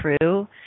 true